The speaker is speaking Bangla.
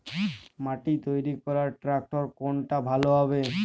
মাটি তৈরি করার ট্রাক্টর কোনটা ভালো হবে?